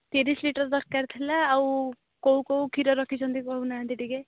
ତିରିଶି ଲିଟର୍ ଦରକାର ଥିଲା ଆଉ କୋଉ କୋଉ କ୍ଷୀର ରଖିଛନ୍ତି କହୁ ନାହାଁନ୍ତି ଟିକେ